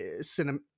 cinema